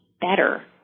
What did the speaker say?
better